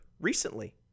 recently